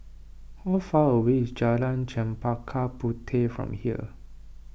how far away is Jalan Chempaka Puteh from here